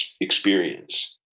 experience